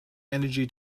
energy